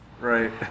Right